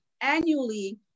annually